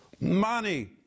money